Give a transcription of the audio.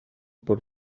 per